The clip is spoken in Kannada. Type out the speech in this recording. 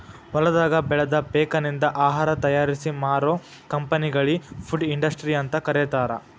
ಹೊಲದಾಗ ಬೆಳದ ಪೇಕನಿಂದ ಆಹಾರ ತಯಾರಿಸಿ ಮಾರೋ ಕಂಪೆನಿಗಳಿ ಫುಡ್ ಇಂಡಸ್ಟ್ರಿ ಅಂತ ಕರೇತಾರ